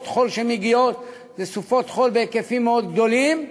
החול בהם הן בהיקפים מאוד גדולים,